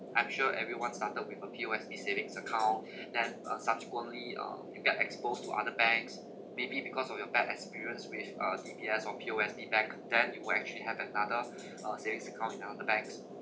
I'm sure everyone started with a P_O_S_B savings account then uh subsequently uh you got exposed to other banks maybe because of your bad experience with uh D_B_S or P_O_S_B bank then you will actually have another uh savings account in another banks